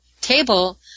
table